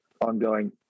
ongoing